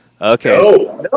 Okay